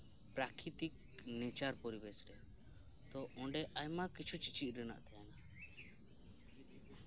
ᱯᱨᱟᱠᱤᱛᱤᱠ nature ᱯᱚᱨᱤᱵᱮᱥ ᱨᱮ ᱛᱚ ᱚᱸᱰᱮ ᱟᱭᱢᱟ ᱠᱤᱪᱷᱩ ᱪᱮᱪᱮᱫ ᱨᱮᱭᱟᱜ ᱛᱟᱦᱮᱱᱟ